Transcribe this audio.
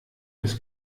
des